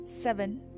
seven